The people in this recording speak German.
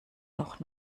noch